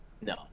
No